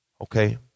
Okay